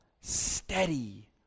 steady